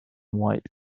white